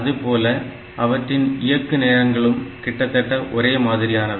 அதேபோல அவற்றின் இயக்கு நேரங்களும் கிட்டத்தட்ட ஒரே மாதிரியானவை